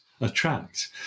attract